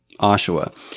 Oshawa